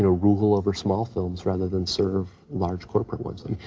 and rule over small films, rather than serve large corporate ones. i mean,